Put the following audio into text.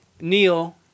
Neil